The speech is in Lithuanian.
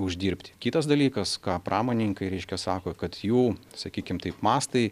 uždirbti kitas dalykas ką pramonininkai reiškia sako kad jų sakykim taip mastai